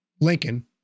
Lincoln